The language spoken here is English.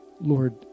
Lord